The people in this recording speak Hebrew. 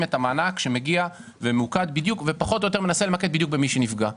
את המענק שמגיע ופחות או יותר מנסה למקד במי שנפגע.